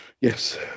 Yes